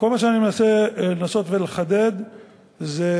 כל מה שאני מנסה לחדד זה,